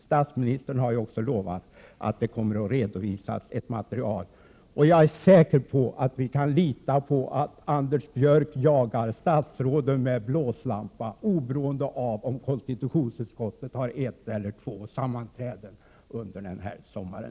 Statsministern har ju lovat att ett material kommer att redovisas, och jag är säker på att vi kan lita på att Anders Björck kommer att jaga statsråden med blåslampa, oberoende av om KU har ett eller två sammanträden under den här sommaren.